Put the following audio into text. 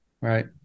Right